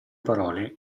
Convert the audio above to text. parole